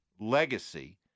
legacy